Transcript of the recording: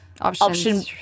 Option